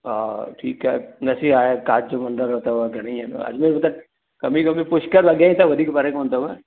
हा ठीकु आहे बसि इअं हा तव्हां चओ तव्हां कॾहिं ईंदा अजमेर खां घुमी वेंदव पुष्कर अॻियां ई अथव वधीक परे न कोन अथव